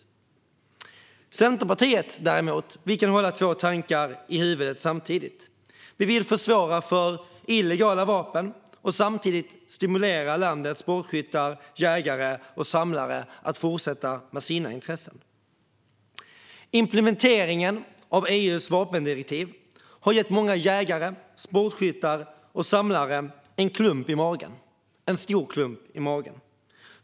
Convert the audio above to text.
Vi i Centerpartiet kan däremot hålla två tankar i huvudet samtidigt. Vi vill försvåra för illegala vapen och samtidigt stimulera landets sportskyttar, jägare och samlare att fortsätta med sina intressen. Implementeringen av EU:s vapendirektiv har gett många jägare, sportskyttar och samlare en stor klump i magen.